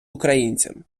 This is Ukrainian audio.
українцям